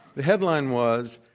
the headline was,